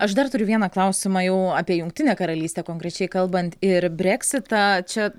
aš dar turiu vieną klausimą jau apie jungtinę karalystę konkrečiai kalbant ir brexitą čia